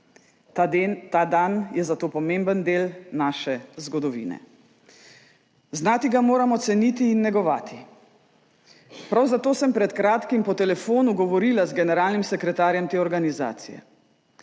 Ta dan je zato pomemben del naše zgodovine. Znati ga moramo ceniti in negovati. Prav zato sem pred kratkim po telefonu govorila z generalnim sekretarjem te organizacije.